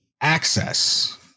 access